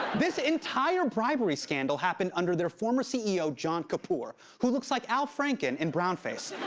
this entire bribery scandal happened under their former ceo john kapoor, who looks like al franken in brown face.